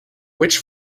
which